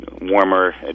warmer